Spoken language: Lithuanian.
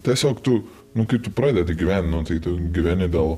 tiesiog tu nu kaip tu pradedi gyvenimą tai tu gyveni dėl